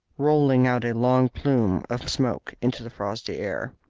rolling out a long plume of smoke into the frosty air.